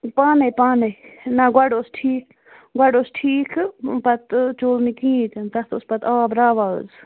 پانے پانے نہَ گۄڈٕ اوس ٹھیٖک گۄڈٕ اوس ٹھیٖکہٕ پَتہٕ پٮ۪و نہٕ کِہیٖنٛۍ تہِ نہٕ تتھ اوس پَتہٕ آب راوان